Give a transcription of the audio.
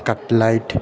cutlet